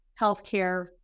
healthcare